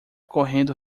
correndo